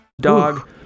Dog